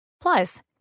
Plus